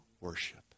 worship